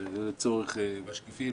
לצורך משקיפים,